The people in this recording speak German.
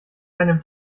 keinem